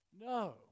No